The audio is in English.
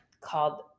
called